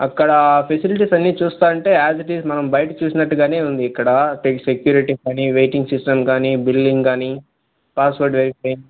అక్కడ ఫెసిలిటీస్ అన్నీ చూస్తూ ఉంటే యాస్ ఇట్ ఇస్ మనం బయట చూసినట్టుగానే ఉంది ఇక్కడ సెక్యూరిటీ కానీ వెయిటింగ్ సిస్టం కానీ బిల్లింగ్ కానీ పాస్పోర్ట్ వెరిఫికేషన్